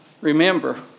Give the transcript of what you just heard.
Remember